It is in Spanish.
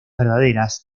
verdaderas